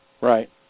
Right